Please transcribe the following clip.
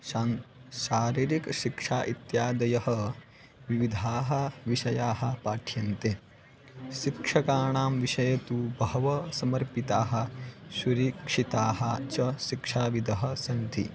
शाङ्क् शारीरिकशिक्षा इत्यादयः विविधाः विषयाः पाठ्यन्ते शिक्षकाणां विषये तु बहव समर्पिताः सुरक्षिताः च शिक्षाविदाः सन्ति